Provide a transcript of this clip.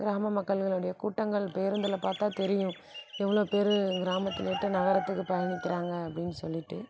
கிராம மக்கள்களினுடைய கூட்டங்கள் பேருந்தில் பார்த்தா தெரியும் எவ்வளோ பேர் கிராமத்தை விட்டு நகரத்துக்கு பயணிக்கிறாங்க அப்படின்னு சொல்லிவிட்டு